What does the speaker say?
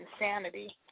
insanity